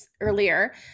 earlier